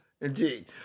Indeed